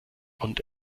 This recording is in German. und